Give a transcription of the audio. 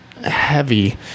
heavy